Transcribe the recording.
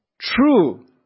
true